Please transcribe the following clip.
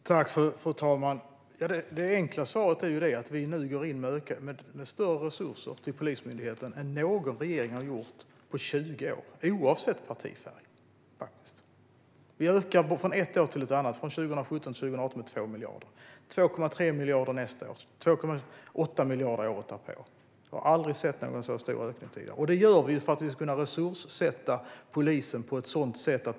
Fru talman! Det enkla svaret är att vi nu går in med större resurser till Polismyndigheten än vad någon regering har gjort på 20 år, oavsett partifärg. Vi har ökat från ett år till ett annat, från 2017 till 2018, med 2 miljarder. Vi ökar med 2,3 miljarder nästa år och 2,8 miljarder året därpå. Vi har aldrig sett en så stor ökning tidigare. Denna resursförstärkning gör vi för att polisen ska kunna växa.